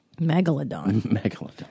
Megalodon